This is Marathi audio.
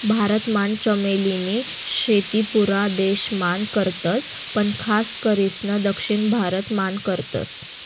भारत मान चमेली नी शेती पुरा देश मान करतस पण खास करीसन दक्षिण भारत मान करतस